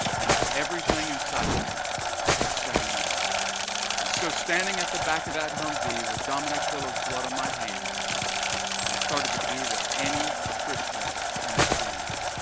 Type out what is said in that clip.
and everything inside of me was saying, no and so standing at the back of that humvee with dominic pillows blood on my hands i started to do what any christian in this room would do